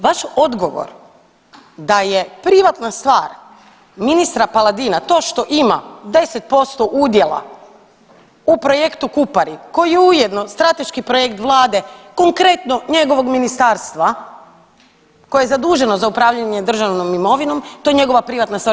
Vaš odgovor da je privatna stvar ministra Paladina to što ima 10% udjela u projektu Kupari koji je ujedno strateški projekt Vlade konkretno njegovog ministarstva koje je zaduženo za upravljanje državnom imovinom to je njegova privatna stvar.